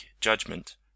judgment